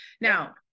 Now